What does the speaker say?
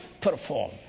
perform